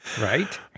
right